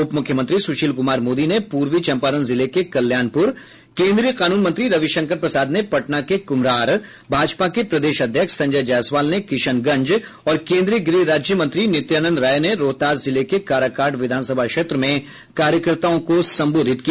उप मुख्यमंत्री सुशील कुमार मोदी ने पूर्वी चंपारण जिले के कल्याणपुर केंद्रीय कानून मंत्री रविशंकर प्रसाद ने पटना के कुम्हरार भाजपा के प्रदेश अध्यक्ष संजय जायसवाल ने किशनगंज और केंद्रीय गृह राज्य मंत्री नित्यानंद राय ने रोहतास जिले के काराकाट विधानसभा क्षेत्र में कार्यकर्ताओं को संबोधित किया